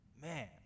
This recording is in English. man